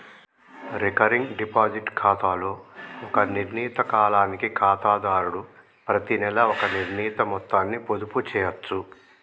recurring deposit ఖాతాలో ఒక నిర్ణీత కాలానికి ఖాతాదారుడు ప్రతినెలా ఒక నిర్ణీత మొత్తాన్ని పొదుపు చేయచ్చు